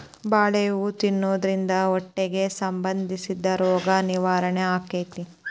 ಬಾಳೆ ಹೂ ತಿನ್ನುದ್ರಿಂದ ಹೊಟ್ಟಿಗೆ ಸಂಬಂಧಿಸಿದ ರೋಗ ನಿವಾರಣೆ ಅಕೈತಿ